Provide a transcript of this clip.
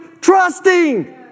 trusting